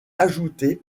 ajoutées